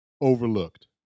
overlooked